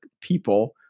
people